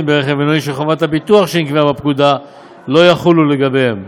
ברכב מנועי שחובת הביטוח שנקבעה בפקודה לא תחול לגביהם,